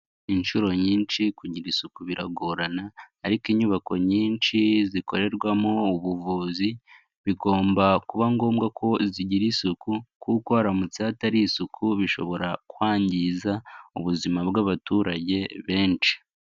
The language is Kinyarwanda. Inshuro nyinshi kugira isuku biragorana ariko inyubako nyinshi zikorerwamo ubuvuzi, bigomba kuba ngombwa ko zigira isuku kuko haramutse hatari isuku bishobora kwangiza ubuzima bw'abaturage benshi.